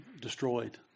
destroyed